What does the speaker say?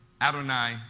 Adonai